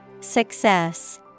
Success